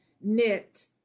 knit